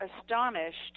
astonished